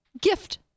Gift